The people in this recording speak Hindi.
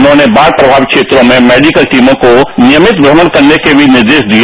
उन्होंने बाढ़ प्रमावित क्षेत्रों में मेडीकल टीनों को नियमित प्रमण करने के मी निर्देश दिए